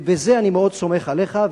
בזה אני מאוד סומך עליך,